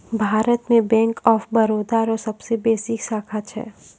भारत मे bank of Baroda रो सबसे बेसी शाखा छै